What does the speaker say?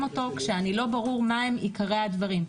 אותו כשאני לא ברור במה הם עיקרי הדברים.